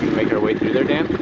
make our way through there, dan?